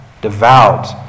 devout